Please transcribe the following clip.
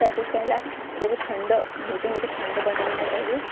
तसेच त्याला त्याचे खंड मोठे मोठे खंड बनविण्यात यावे